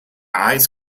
eyes